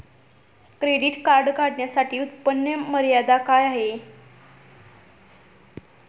Credit card काढण्यासाठी उत्पन्न मर्यादा काय आहे?